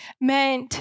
meant